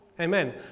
amen